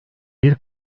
bir